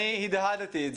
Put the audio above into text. ואני הדהדתי.